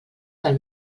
del